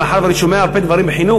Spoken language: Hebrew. מאחר שאני שומע הרבה דברים על חינוך,